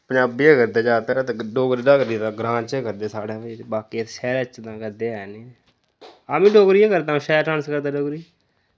पंजाबी गै करदे जैदातर ते डोगरी डागरी दा ग्रां च गै करदे साढ़ै फ्ही बाकी शैह्रें च तां करदे है निं आमीं डोगरी गै करदा शैल डांस करदा डोगरी